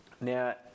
Now